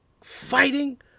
fighting